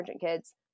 kids